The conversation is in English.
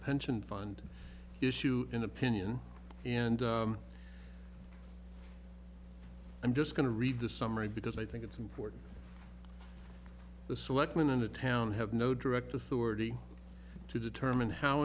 pension fund issue in opinion and i'm just going to read the summary because i think it's important the selectmen in a town have no direct authority to determine how